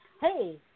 hey